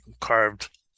carved